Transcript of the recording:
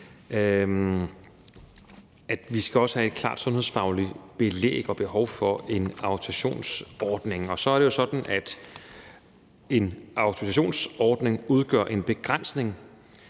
at vi skal have et klart sundhedsfagligt belæg og behov for en autorisationsordning. Det er jo sådan, at en autorisationsordning udgør en begrænsning